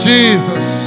Jesus